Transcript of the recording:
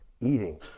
eating